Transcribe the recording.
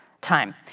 time